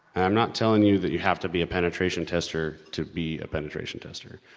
i'm not telling you that you have to be a penetration tester to be a penetration tester,